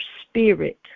spirit